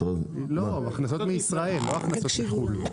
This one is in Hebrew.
הכנסות מישראל, לא הכנסות מחו"ל.